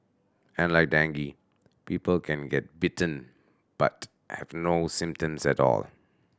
and like dengue people can get bitten but have no symptoms at all